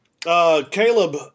Caleb